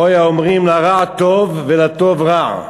הוי האומרים לרע טוב ולטוב רע,